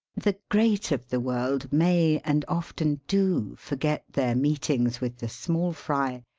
the great of the world may, and often do, forget their meetings with the small fry,